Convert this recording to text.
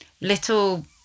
little